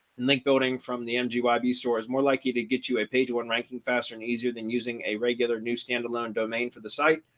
and link building from the and hobby store is more likely to get you a page one ranking faster and easier than using a regular new standalone domain for the site?